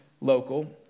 local